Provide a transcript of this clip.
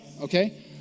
Okay